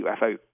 UFO